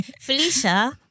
Felicia